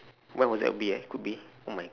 what was that be ah could be oh my